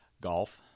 Golf